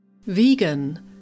Vegan